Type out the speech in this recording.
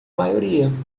maioria